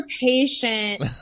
patient